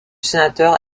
sénateur